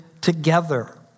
together